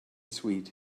sweet